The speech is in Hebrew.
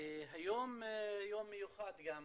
היום יום מיוחד גם,